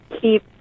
keep